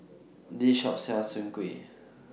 This Shop sells Soon Kuih